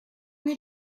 way